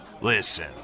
Listen